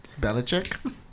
Belichick